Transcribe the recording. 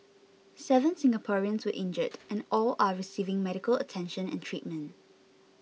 seven Singaporeans were injured and all are receiving medical attention and treatment